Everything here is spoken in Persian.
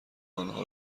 آنها